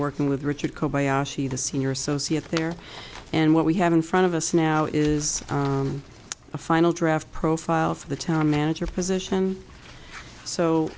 working with richard kobayashi the senior oh see it there and what we have in front of us now is a final draft profile for the town manager position so